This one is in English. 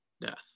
death